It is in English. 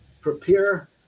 prepare